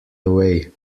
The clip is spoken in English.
away